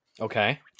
Okay